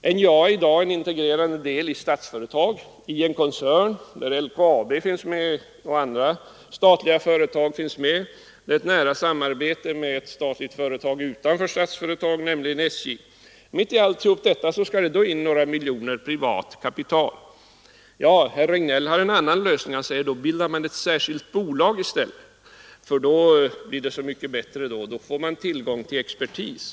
Men NJA är i dag en integrerande del i Statsföretag, i en koncern där LKAB och andra statliga företag finns med, man har ett nära samarbete med ett annat statligt företag utanför Statsföretag, nämligen SJ — och mitt i alltihop detta skall det alltså komma in några miljoner kronor av privat kapital. Herr Regnéll har emellertid en annan lösning och säger att då skall man bilda ett särskilt bolag i stället. Det blir mycket bättre, ty då får man tillgång till expertis.